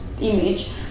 image